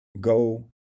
Go